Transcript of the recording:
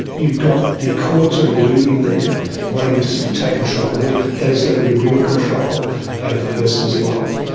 you've got the court sort of looming there waiting to sort of take control, and like that is going to be real control over the person's life.